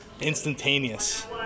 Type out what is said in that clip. instantaneous